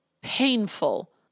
painful